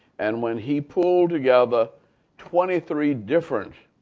and when he pulled together twenty three different